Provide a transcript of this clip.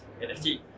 NFT